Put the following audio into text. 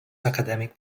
academic